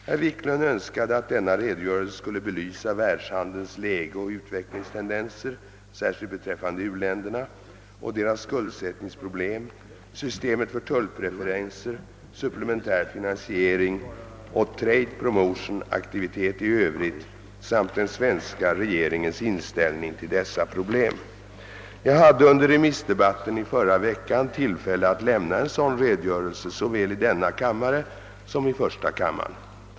Herr Wiklund önskade att denna redogörelse skulle belysa världshandelns läge och utvecklingstendenser särskilt beträffande u-länderna och deras skuldsättningsproblem, systemet för tullpreferenser, supplementär finansiering och trade-promotion-aktivitet i övrigt samt den svenska regeringens inställning till dessa problem. Jag hade under remissdebatten i förra veckan tillfälle att lämna en sådan redogörelse såväl i denna kammare som i första kammaren.